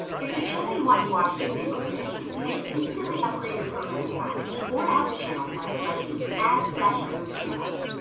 if the channel you want to watch isn't included, you can instantly upgrade your programming package or add the channel by selecting add so remove channels.